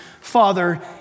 Father